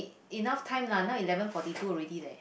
enough time lah now eleven forty two already leh